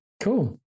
Cool